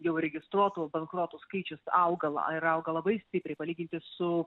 jau registruotų bankrotų skaičius auga l ir auga labai stipriai palyginti su